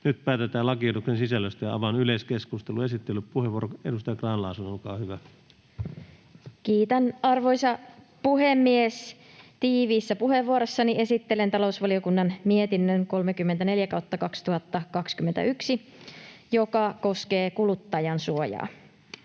Nyt päätetään lakiehdotuksen sisällöstä. — Avaan yleiskeskustelun. Esittelypuheenvuoro, edustaja Grahn-Laasonen, olkaa hyvä. Kiitän, arvoisa puhemies! Tiiviissä puheenvuorossani esittelen talousvaliokunnan mietinnön 34/2021, joka koskee kuluttajansuojaa.